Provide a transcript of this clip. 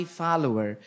follower